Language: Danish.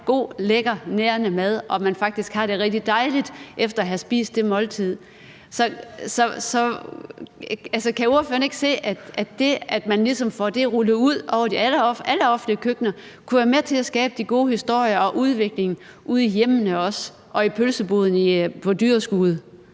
god, lækker nærende mad, og at man faktisk har det rigtig dejligt efter at have spist det måltid. Kan ordføreren ikke se, at det, at man ligesom får det rullet ud over alle offentlige køkkener, kunne være med til at skabe de gode historier og udvikling ude i hjemmene også og i pølseboden på dyrskuet,